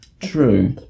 True